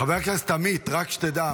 חבר הכנסת עמית, רק שתדע.